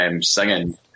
singing